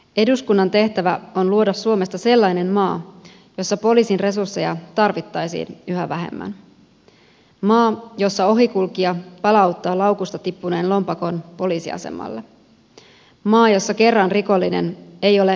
eduskunnan tehtävä on luoda suomesta sellainen maa jossa poliisin resursseja tar vittaisiin yhä vähemmän maa jossa ohikulkija palauttaa laukusta tippuneen lompakon poliisiasemalle maa jossa kerran rikollinen ei ole aina rikollinen